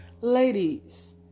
Ladies